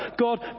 God